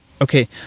Okay